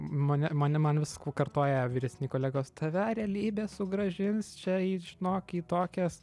mane mane man vis sakau kartoja vyresni kolegos tave realybė sugrąžins čia į žinok į tokias